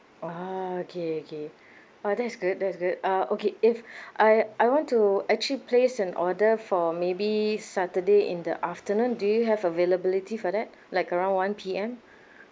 oh okay okay oh that's good that's good uh okay if I I want to actually place an order for maybe saturday in the afternoon do you have availability for that like around one P_M